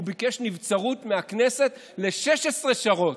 והוא ביקש נבצרות מהכנסת ל-16 שעות.